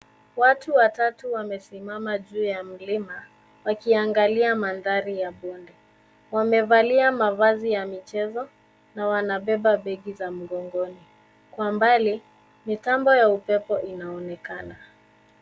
Watu watatu wamesimama juu ya mlima wakiangalia mandhari ya bonde wamevalia mavazi ya michezo na wanabeba begi za mgongoni kwa mbali mitambo ya upepo inaonekana.